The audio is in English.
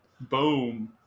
boom